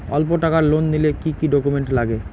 অল্প টাকার লোন নিলে কি কি ডকুমেন্ট লাগে?